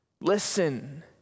listen